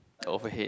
overhead